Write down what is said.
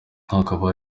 akaba